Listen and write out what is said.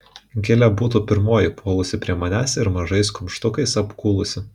gilė būtų pirmoji puolusi prie manęs ir mažais kumštukais apkūlusi